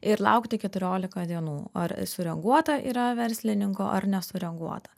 ir laukti keturiolika dienų ar sureaguota yra verslininko ar nesureaguota